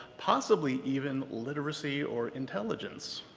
possibly even literacy or intelligence.